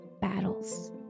battles